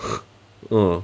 mm